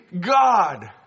God